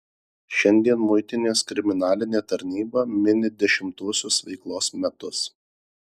šiandien muitinės kriminalinė tarnyba mini dešimtuosius veiklos metus